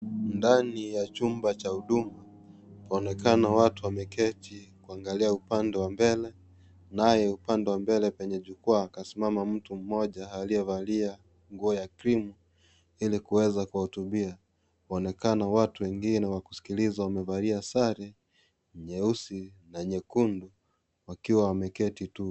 Ndani ya chumba cha huduma, waonekana watu wameketi kuangalia upande wa mbele naye upande wa mbele penye jukwaa kasimama mtu ambaye amevalia nguo ya cs( cream) ili kuweza kuwahutubia waonekana watu wengine wa kusikiliza wamevalia sare nyeusi na nyekundu wakiwa wameketi tuu.